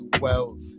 wealth